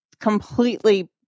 completely